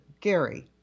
Gary